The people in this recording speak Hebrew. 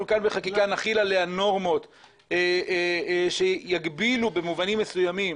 אנחנו כאן בחקיקה נחיל עליה נורמות שיגבילו במובנים מסוימים